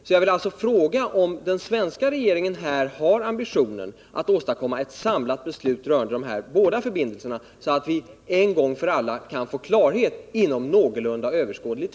Det är alltså fråga om huruvida den svenska regeringen har ambitionen att åstadkomma ett samlat beslut rörande dessa båda förbindelser, så att vi inom någorlunda överskådlig tid en gång för alla kan få klarhet.